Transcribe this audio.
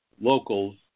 locals